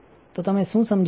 તો તમે શું સમજી ગયા